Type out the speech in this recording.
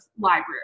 library